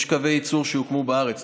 יש קווי ייצור שהוקמו בארץ.